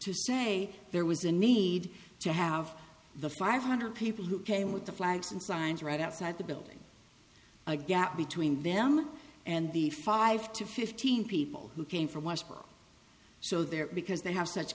to say there was a need to have the five hundred people who came with the flags and signs right outside the building a gap between them and the five to fifteen people who came from washington so there because they have such